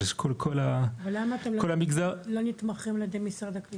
יש את כל המגזר --- אבל למה אתם לא נתמכים על ידי משרד הקליטה?